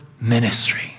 ministry